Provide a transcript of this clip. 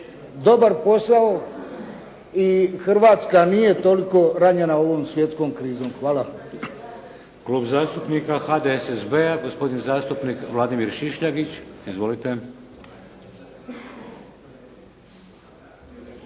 dobar posao i Hrvatska nije toliko ranjena ovom svjetskom krizom. Hvala.